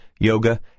yoga